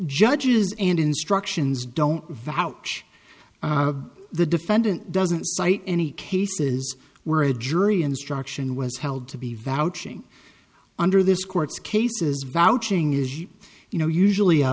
judges and instructions don't vouch the defendant doesn't cite any cases where a jury instruction was held to be vouching under this court's cases vouching is you know usually a